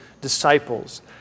disciples